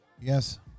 yes